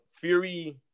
fury